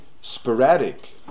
sporadic